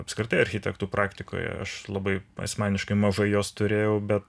apskritai architektų praktikoje aš labai asmeniškai mažai jos turėjau bet